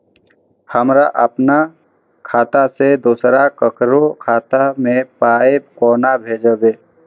हमरा आपन खाता से दोसर ककरो खाता मे पाय कोना भेजबै?